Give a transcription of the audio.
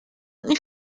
این